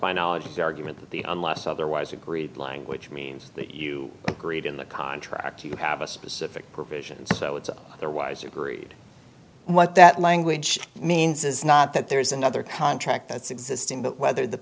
my knowledge of the argument unless otherwise agreed language means that you agreed in the contract you have a specific provisions so it's otherwise agreed what that language means is not that there's another contract that's existing but whether the